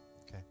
Okay